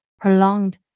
prolonged